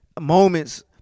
moments